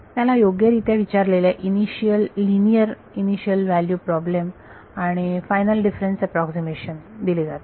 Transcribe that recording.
त्याला योग्यरित्या विचारलेल्या initial linear initial value problem आणि फायनल डिफरन्स अॅप्रॉक्सीमेशन दिले जाते